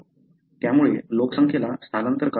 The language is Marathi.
त्यामुळे लोकसंख्येला स्थलांतर करावे लागत आहे